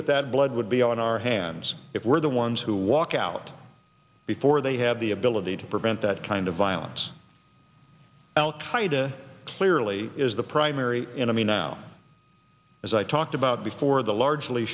that that blood would be on our hands if we're the ones who walk out before they have the ability to prevent that kind of violence al qaeda clearly is the primary enemy now as i talked about before the largely